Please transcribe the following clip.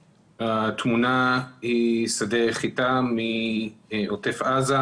התמונה שאתם רואים ברקע היא שדה חיטה מעוטף עזה,